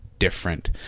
different